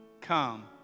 Come